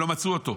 ולא מצאו אותו.